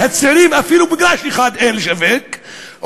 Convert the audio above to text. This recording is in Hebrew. אפילו מגרש אחד אין לשווק לזוגות הצעירים.